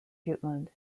jutland